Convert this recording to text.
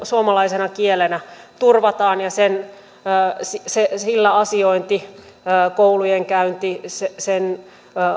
suomalaisena kielenä turvataan ja sillä asiointi koulujen käynti sen